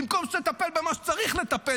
במקום שתטפל במה שצריך לטפל,